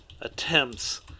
attempts